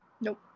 Nope